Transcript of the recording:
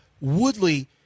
Woodley